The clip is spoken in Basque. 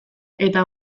eta